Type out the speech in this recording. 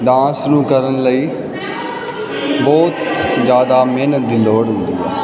dance ਨੂੰ ਕਰਨ ਲਈ ਬਹੁਤ ਜਿਆਦਾ ਮਿਹਨਤ ਦੀ ਲੋੜ ਹੁੰਦੀ ਹੈ